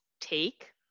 take